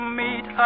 meet